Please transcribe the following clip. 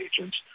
agents